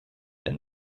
than